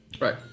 right